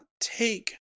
Take